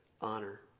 honor